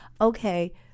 okay